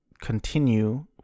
continue